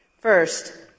First